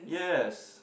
yes